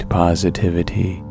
positivity